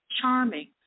charming